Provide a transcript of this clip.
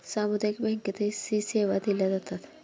सामुदायिक बँकेतही सी सेवा दिल्या जातात